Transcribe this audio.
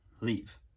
leave